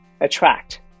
attract